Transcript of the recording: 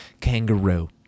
kangaroo